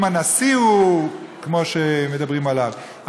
אם הנשיא הוא כמו שמדברים עליו,